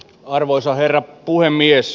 arvoisa herra puhemies